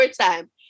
time